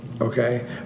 Okay